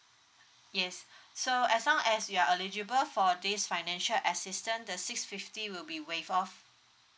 yes so as long as you are eligible for this financial assistance the six fifty will be waive off